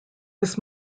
was